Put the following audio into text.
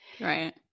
Right